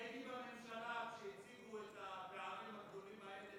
אני הייתי בממשלה כשהציגו את הפערים הגדולים האלה,